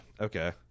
Okay